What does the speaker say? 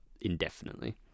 indefinitely